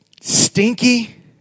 Stinky